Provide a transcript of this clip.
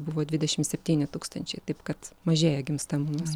buvo dvidešimt septyni tūkstančiai taip kad mažėja gimstamumas